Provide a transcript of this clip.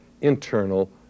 internal